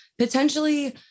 potentially